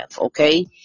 okay